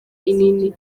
inini